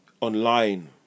online